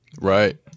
Right